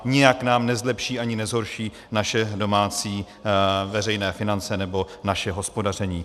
Nijak nám nezlepší ani nezhorší naše domácí veřejné finance nebo naše hospodaření.